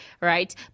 right